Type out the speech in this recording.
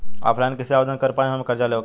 Online कइसे आवेदन कर पाएम हम कर्जा लेवे खातिर?